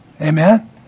Amen